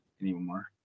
anymore